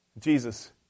Jesus